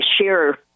share